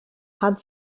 hat